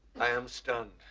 i am stunned